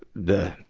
the,